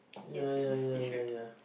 ya ya ya ya ya